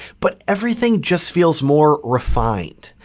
but everything just feels more refined.